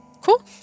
Cool